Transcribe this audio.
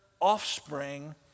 offspring